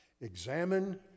Examine